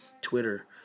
Twitter